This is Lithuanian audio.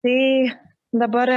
tai dabar